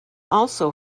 also